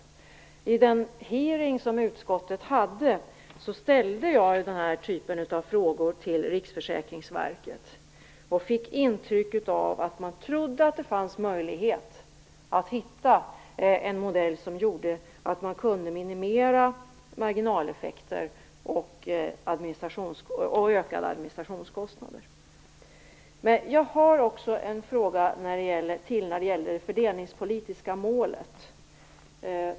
Vid den hearing som utskottet hade ställde jag den här typen av frågor till Riksförsäkringsverket. Jag fick ett intryck av att man trodde att det fanns möjlighet att hitta en modell som innebar att man kunde minimera marginaleffekter och risken för ökade administrationskostnader. Jag har en fråga också om det fördelningspolitiska målet.